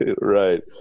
Right